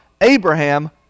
Abraham